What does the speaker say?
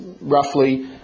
roughly